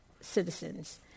citizens